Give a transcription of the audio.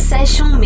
Session